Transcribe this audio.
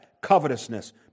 covetousness